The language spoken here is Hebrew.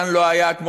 כאן לא היה אפשר,